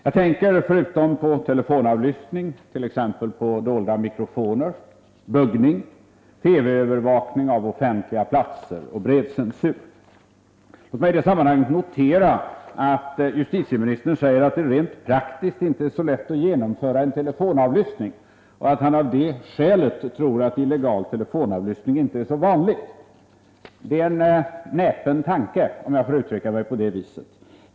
Jag tänker förutom på telefonavlyssning på t.ex. dolda mikrofoner, s.k. buggning, TV övervakning av offentliga platser och brevcensur. Låt mig i det sammanhanget notera att justitieministern säger att det rent praktiskt inte är så lätt att genomföra en telefonavlyssning och att han av det skälet tror att illegal telefonavlyssning inte är så vanligt. Det är en näpen tanke, om jag får uttrycka mig på det viset.